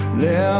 let